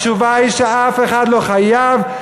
התשובה היא שאף אחד לא חייב,